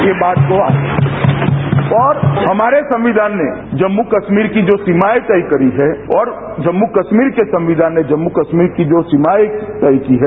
ये बात और हमारे संविधान ने जम्मू कश्मीर की जो सीमाएं तय करी हैं और जम्मू कश्मीर के संविधान ने जम्मू कश्मीर की जो सीमाएं तय करी हैं